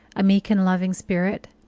a meek and loving spirit,